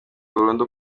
burundu